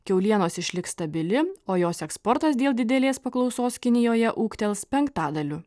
kiaulienos išliks stabili o jos eksportas dėl didelės paklausos kinijoje ūgtels penktadaliu